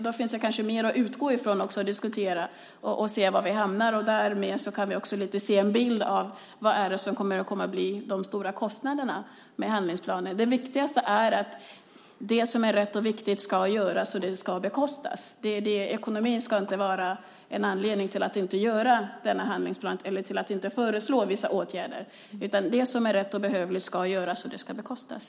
Då kan det finnas mer att utgå från och diskutera för att se var vi hamnar, och därmed kan vi också se en bild av vad som kommer att bli de stora kostnaderna för handlingsplanen. Det viktigaste är att det som är rätt och riktigt ska göras och att det ska bekostas. Ekonomin ska inte vara en anledning till att inte göra denna handlingsplan eller till att inte föreslå vissa åtgärder, utan det som är rätt och behövligt ska göras och ska bekostas.